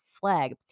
flag